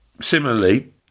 similarly